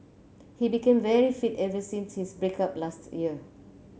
he became very fit ever since his break up last year